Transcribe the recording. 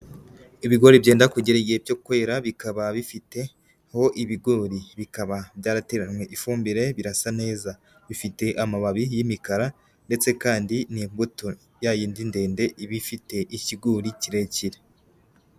Ibigori byenda kugira igihe cyo kwera, bikaba bifiteho ibigori, bikaba byarateranwe ifumbire birasa neza, bifite amababi y'imikara, ndetse kandi n'imbuto ya yindi ndende iba ifite ikigori kirekire.